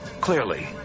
Clearly